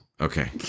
Okay